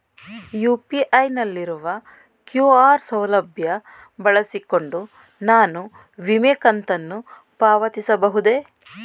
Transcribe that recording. UPI ನಲ್ಲಿರುವ QR ಸೌಲಭ್ಯ ಬಳಸಿಕೊಂಡು ನಾನು ವಿಮೆ ಕಂತನ್ನು ಪಾವತಿಸಬಹುದೇ?